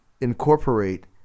incorporate